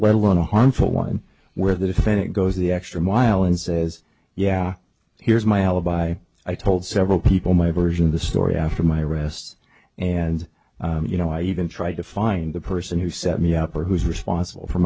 well one a harmful one where the defendant goes the extra mile and says yeah here's my alibi i told several people my version of the story after my arrest and you know i even tried to find the person who set me up or who's responsible for